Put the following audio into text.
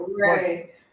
Right